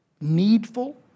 needful